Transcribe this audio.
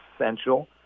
essential